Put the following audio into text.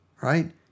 Right